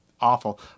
awful